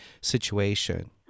situation